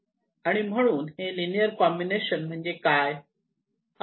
आणि आणि म्हणून हे लिनियर कॉम्बिनेशन म्हणजे काय